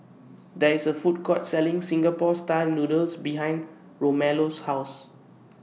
There IS A Food Court Selling Singapore Style Noodles behind Romello's House